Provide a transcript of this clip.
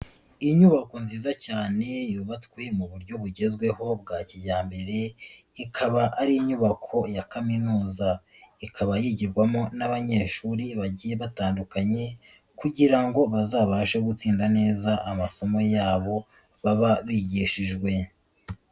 Inyubako nziza cyane yubatswe mu buryo bugezweho bwa kijyambere, ikaba ari inyubako ya kaminuza. Ikaba yigirwamo n'abanyeshuri bagiye batandukanye kugira ngo bazabashe gutsinda neza amasomo yabo baba bigishijwe.